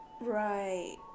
Right